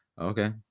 Okay